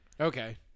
Okay